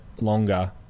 longer